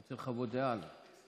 הוא רוצה לחוות דעה על זה.